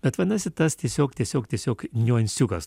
bet vadinasi tas tiesiog tiesiog tiesiog niuansiukas